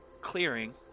clearing